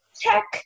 check